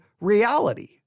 reality